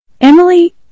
Emily